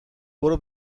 برو